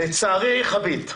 לצערי חווית.